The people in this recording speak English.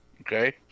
Okay